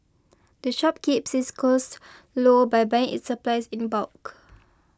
the shop keeps its costs low by buying its supplies in bulk